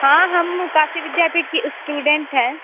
हाँ हम कशी विद्यापीठ की स्टूडेंट हैं